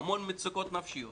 יש המון מצוקות נפשיות.